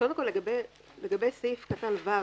לגבי סעיף קטן (ו)